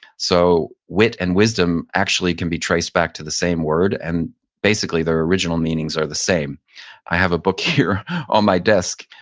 so wit and wisdom actually can be traced back to the same word and basically their original meanings are the same i have a book here on my desk,